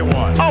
one